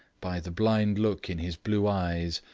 by the blind look in his blue eyes,